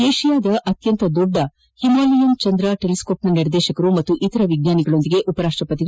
ಏಷ್ಯಾದ ಅತ್ಯಂತ ದೊಡ್ಡ ಹಿಮಾಲಯನ್ ಚಂದ್ರ ಚೆಲಿಸ್ಕೋಪ್ನ ನಿರ್ದೇಶಕರು ಹಾಗೂ ಇತರ ವಿಜ್ಞಾನಿಗಳ ಜೊತೆ ಉಪರಾಷ್ಟ ಪತಿ ಎಂ